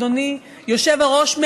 אדוני היושב-ראש,